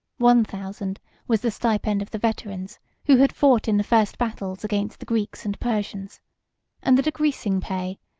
one thousand was the stipend of the veterans who had fought in the first battles against the greeks and persians and the decreasing pay,